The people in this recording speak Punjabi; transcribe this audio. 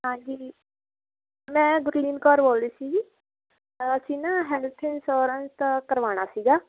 ਹਾਂਜੀ ਜੀ ਮੈਂ ਗੁਰਲੀਨ ਕੌਰ ਬੋਲਦੀ ਸੀ ਜੀ ਅਸੀਂ ਨਾ ਹੈਲਥ ਇੰਸ਼ੋਰੈਂਸ ਦਾ ਕਰਵਾਉਣਾ ਸੀਗਾ